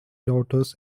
daughters